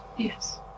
Yes